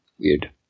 weird